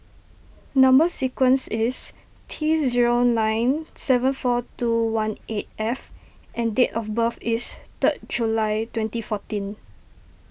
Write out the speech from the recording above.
Number Sequence is T zero nine seven four two one eight F and date of birth is third July twenty fourteen